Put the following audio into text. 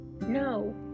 No